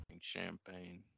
Champagne